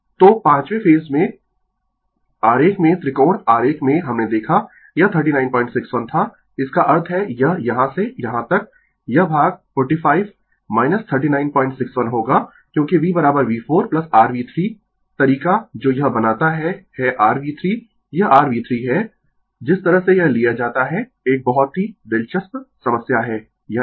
तो 5वें फेज में आरेख में त्रिकोण आरेख में हमने देखा यह 3961 था इसका अर्थ है यह यहाँ से यहाँ तक यह भाग 45 3961 होगा क्योंकि V V4 rV3 तरीका जो यह बनाता है है rV3 यह rV3 है जिस तरह से यह लिया जाता है एक बहुत ही दिलचस्प समस्या है यह एक